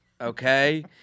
okay